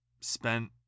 spent